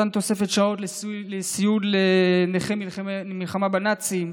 מתן תוספת שעות לסיעוד לנכי המלחמה בנאצים,